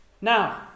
Now